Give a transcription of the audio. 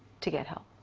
to get help.